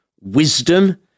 wisdom